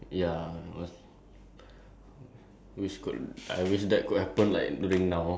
then I still like vividly remember like having a a meal at the zoo and all that lah